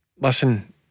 listen